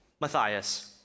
Matthias